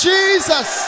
Jesus